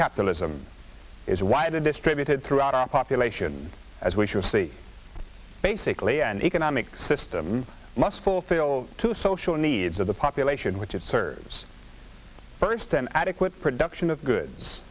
capitalism is why the distributed throughout our population as we shall see basically an economic system must fulfill to social needs of the population which it serves first an adequate production of goods